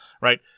right